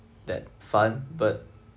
that fun but